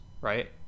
right